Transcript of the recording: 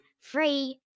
Free